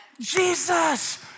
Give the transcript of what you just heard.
Jesus